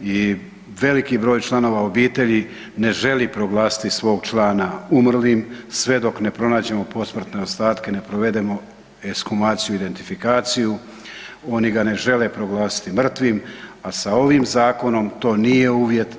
i veliki broj članova obitelji ne želi proglasiti svog člana umrlim sve dok ne pronađemo posmrtne ostatke, ne provedemo ekshumaciju i identifikaciju oni ga ne žele proglasiti mrtvim, a sa ovim zakonom to nije uvjet.